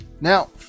Now